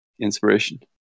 Inspiration